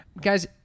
Guys